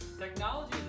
technology